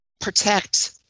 protect